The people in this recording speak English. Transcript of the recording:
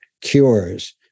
cures